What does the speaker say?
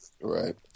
Right